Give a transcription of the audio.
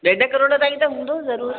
ॾेढु किरोड़ ताईं त हूंदो ज़रूरु